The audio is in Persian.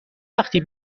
وقتی